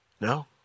No